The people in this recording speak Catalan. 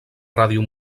ràdio